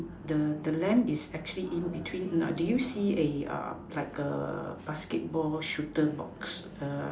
the the length is actually in between do you see a a basketball shooter box